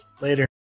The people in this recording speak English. Later